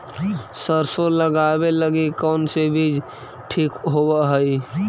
सरसों लगावे लगी कौन से बीज ठीक होव हई?